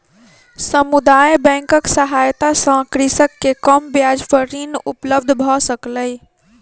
समुदाय बैंकक सहायता सॅ कृषक के कम ब्याज पर ऋण उपलब्ध भ सकलै